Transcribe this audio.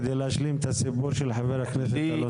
כדי להשלים את הסיפור של חבר הכנסת אלון טל?